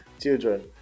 children